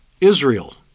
Israel